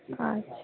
আচ্ছা